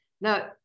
Now